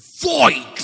void